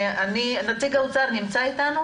נציג האוצר בבקשה.